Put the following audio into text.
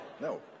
no